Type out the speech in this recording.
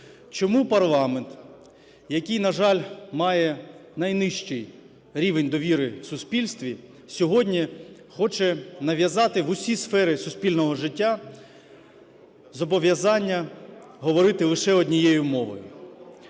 чому парламент, який, на жаль, має найнижчий рівень довіри в суспільстві, сьогодні хоче нав'язати в усі сфери суспільного життя зобов'язання говорити лише однією мовою.